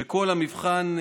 כשכל המבחנים,